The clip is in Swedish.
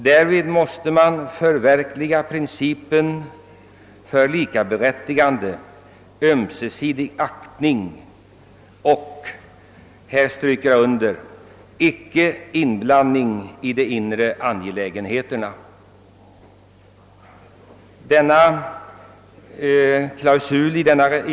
Därvid måste man förverkliga principerna för likaberättigande, ömsesidig aktning och» — detta vill jag betona — »icke-inblandning i de inre angelägenheterna».